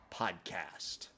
podcast